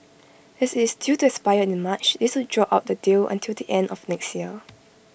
as IT is due to expire in March this would draw out the deal until the end of next year